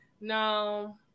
No